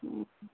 हँ